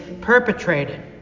perpetrated